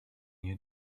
you